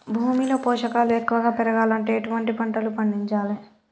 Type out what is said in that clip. భూమిలో పోషకాలు ఎక్కువగా పెరగాలంటే ఎటువంటి పంటలు పండించాలే?